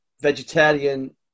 vegetarian